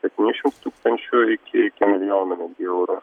septyni šims tūkstančių iki milijono eurų